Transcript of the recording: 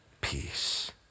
peace